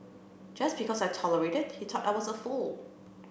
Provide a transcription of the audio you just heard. just because I tolerated he thought I was a fool